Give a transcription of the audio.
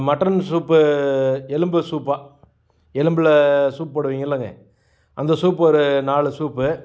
mutton soup எலும்பு சூப்பாக எலும்பில் சூப் போடுவீங்களேங்க அந்த சூப் ஒரு நாலு சூப்பு